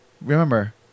Remember